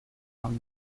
found